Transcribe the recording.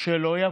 שלא יבואו,